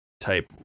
type